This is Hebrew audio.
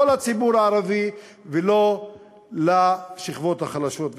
לא לציבור הערבי ולא לשכבות החלשות.